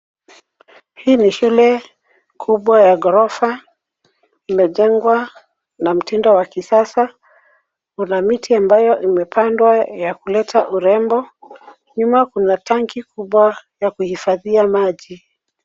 Hii ni shule kubwa ya ghorofa imejengwa na mtindo wa kisasa, kuna miti ambayo imepandwa ya kuleta urembo. Nyuma kuna tanki kubwa ya kuhifadhia maji.